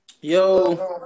yo